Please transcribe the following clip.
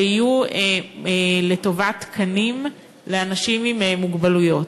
שיהיו לטובת תקנים לאנשים עם מוגבלויות.